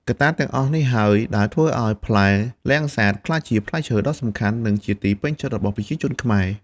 កត្តាទាំងអស់នេះហើយដែលធ្វើឲ្យផ្លែលាំងសាតក្លាយជាផ្លែឈើដ៏សំខាន់ និងជាទីពេញចិត្តរបស់ប្រជាពលរដ្ឋខ្មែរ។